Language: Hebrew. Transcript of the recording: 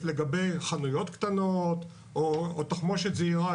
לגבי חנויות קטנות או תחמושת זעירה,